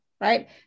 right